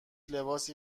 لباسی